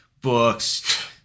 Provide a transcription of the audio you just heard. books